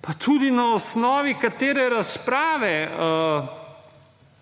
Pa tudi na osnovi katere razprave